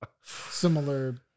similar